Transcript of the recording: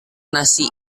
nasi